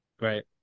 right